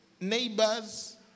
neighbors